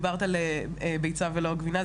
דיברת על ביצה ולא גבינה,